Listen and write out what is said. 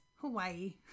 Hawaii